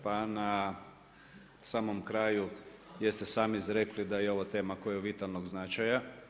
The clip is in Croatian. Pa na samom kraju gdje ste sami izrekli da je ovo tema koja je od vitalnog značaja.